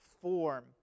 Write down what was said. form